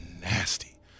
nasty